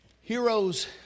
Heroes